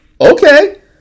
Okay